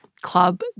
club